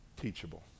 teachable